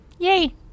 yay